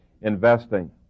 investing